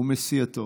הוא מסיעתו.